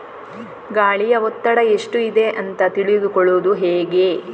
ಗಾಳಿಯ ಒತ್ತಡ ಎಷ್ಟು ಇದೆ ಅಂತ ತಿಳಿದುಕೊಳ್ಳುವುದು ಹೇಗೆ?